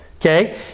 Okay